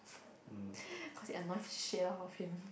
cause it annoys the shit out of him